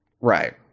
Right